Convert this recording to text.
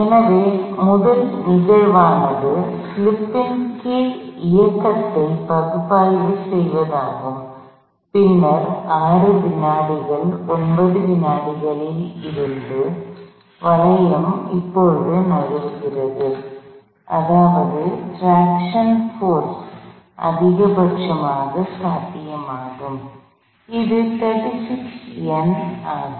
எனவே முதல் நிகழ்வானது ஸ்லிப்பின் கீழ் இயக்கத்தை பகுப்பாய்வு செய்வதாகும் பின்னர் 6 வினாடிகள் 9 வினாடிகளில் இருந்து வளையம் இப்போது நழுவுகிறது அதாவது ட்ராக்ஷன் போர்ஸ் அதிகபட்சமாக சாத்தியமாகும் இது 36 N ஆகும்